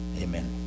Amen